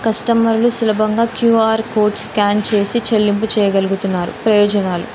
కస్టమర్లు సులభంగా QR code scan చేసి చెల్లింపు చెయ్యగలుగుతున్నారు ప్రయోజనాలు